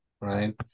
right